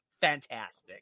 fantastic